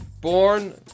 born